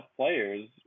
players